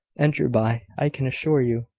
enderby, i can assure you.